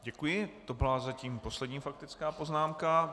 Děkuji, to byla zatím poslední faktická poznámka.